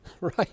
right